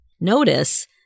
Notice